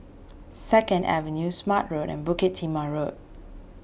Second Avenue Smart Road and Bukit Timah Road